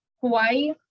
Hawaii